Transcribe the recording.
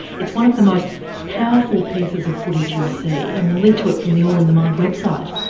it's one of the most powerful pieces of footage you'll see and we'll link to it from the all in the mind website.